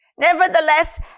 Nevertheless